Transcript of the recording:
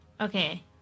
Okay